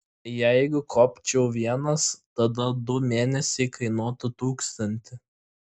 jeigu kopčiau vienas tada du mėnesiai kainuotų tūkstantį